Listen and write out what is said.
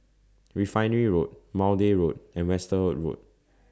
Refinery Road Maude Road and Westerhout Road